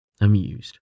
amused